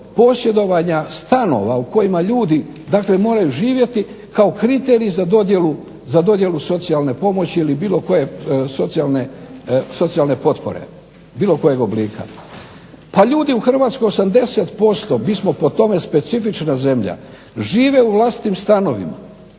posjedovanja stanova u kojima ljudi dakle moraju živjeti kao kriterij za dodjelu socijalne pomoći ili bilo koje socijalne potpore, bilo kojeg oblika. Pa ljudi u Hrvatskoj 80%, mi smo po tome specifična zemlja, žive u vlastitim stanovima.